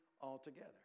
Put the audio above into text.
altogether